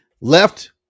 left